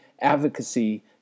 advocacy